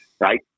right